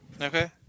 Okay